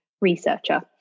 researcher